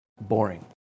boring